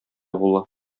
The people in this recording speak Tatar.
була